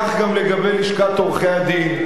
כך גם לגבי לשכת עורכי-הדין.